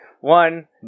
One